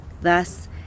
Thus